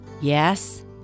Yes